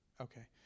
Okay